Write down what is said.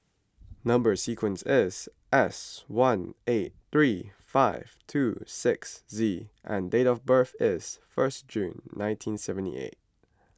Number Sequence is S one eight three five two six Z and date of birth is first June nineteen seventy eight